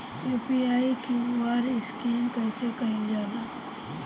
UPI QR scan कइसे कईल जा ला?